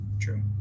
True